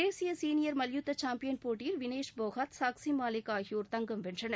தேசிய சீனியர் மல்யுத்த சாம்பியன் போட்டியில் வினேஷ் போகாத் சாக்ஷி மாலிக் ஆகியோர் தங்கம் வென்றனர்